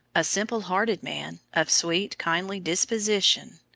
a simple-hearted man, of sweet, kindly disposition,